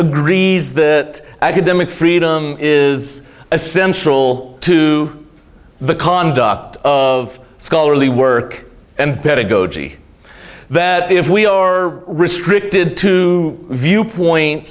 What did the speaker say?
agrees that academic freedom is essential to the conduct of scholarly work and pedagogy that if we or restricted to viewpoint